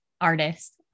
artist